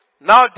Now